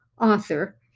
author